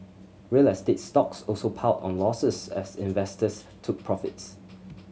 real estate stocks also piled on losses as investors took profits